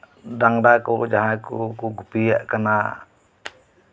ᱰᱟᱝᱨᱟ ᱠᱚ ᱡᱟᱦᱟᱸᱭ ᱠᱚᱠᱚ ᱜᱩᱯᱤᱭᱮᱫ ᱠᱟᱱᱟ